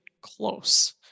close